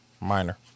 minor